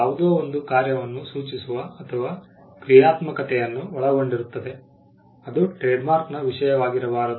ಯಾವುದೋ ಒಂದು ಕಾರ್ಯವನ್ನು ಸೂಚಿಸುವ ಅಥವಾ ಕ್ರಿಯಾತ್ಮಕತೆಯನ್ನು ಒಳಗೊಂಡಿರುತ್ತದೆ ಅದು ಟ್ರೇಡ್ಮಾರ್ಕ್ನ ವಿಷಯವಾಗಿರಬಾರದು